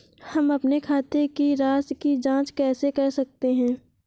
हम अपने खाते की राशि की जाँच कैसे कर सकते हैं?